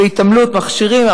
בהתעמלות מכשירים,